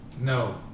No